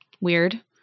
Weird